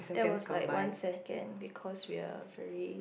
that was like one second because we are very